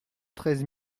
treize